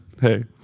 hey